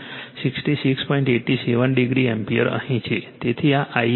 87 o ampere અહીં છે